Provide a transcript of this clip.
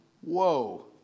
whoa